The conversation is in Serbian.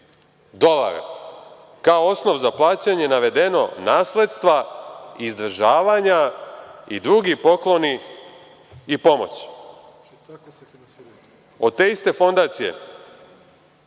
dolara. Kao osnov za plaćanje je navedeno – nasledstva, izdržavanja i drugi pokloni i pomoć. Od te iste fondacije